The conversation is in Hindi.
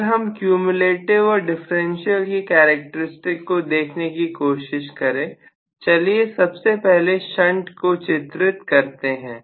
अगर हम क्यूम्यूलेटिव और डिफरेंशियल कि कैरेक्टरिस्टिक को देखने की कोशिश करें चलिए सबसे पहले शंट को चित्रित करते हैं